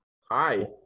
hi